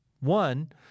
One